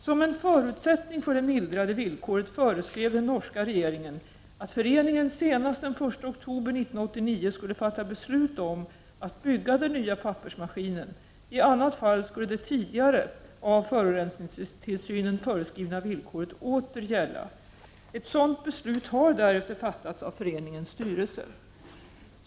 Som en förutsättning för det mildrade villkoret föreskrev den norska regeringen att föreningen senast den 1 oktober 1989 skulle fatta beslut om att bygga den nya pappersmaskinen — i annat fall skulle det tidigare av SFT föreskrivna villkoret åter gälla. Ett sådant beslut har därefter fattas av föreningens styrelse.